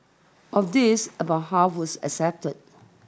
of these about half was accepted